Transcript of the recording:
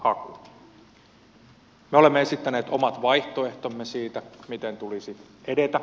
me olemme esittäneet omat vaihtoehtomme siitä miten tulisi edetä